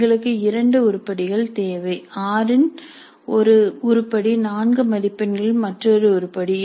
எங்களுக்கு இரண்டு உருப்படிகள் தேவை 6 இன் ஒரு உருப்படி 4 மதிப்பெண்களின் மற்றொரு உருப்படி